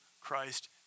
Christ